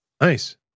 Nice